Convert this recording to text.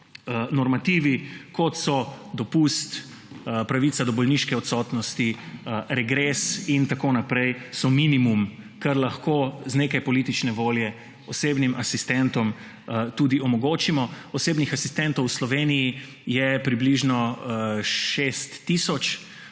normativi, kot so dopust, pravica do bolniške odsotnosti, regres in tako naprej, so minimum, kar lahko z nekaj politične volje osebnim asistentom tudi omogočimo. Osebnih asistentov v Sloveniji je približno šest tisoč,